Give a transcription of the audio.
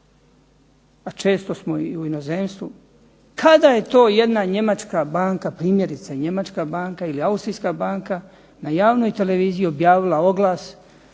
a često smo i u inozemstvu kada je to jedna njemačka banka, primjerice njemačka banka ili austrijska banka na javnoj televiziji objavila oglas